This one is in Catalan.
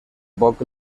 poc